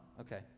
okay